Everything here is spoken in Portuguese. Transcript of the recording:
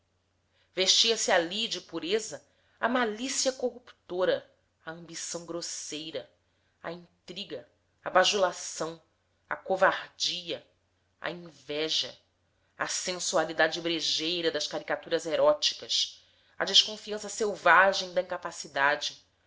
vestia-se ali de pureza a malícia corruptora a ambição grosseira a intriga a bajulação a covardia a inveja a senssualidade brejeira das caricaturas eróticas a desconfiança selvagem da incapacidade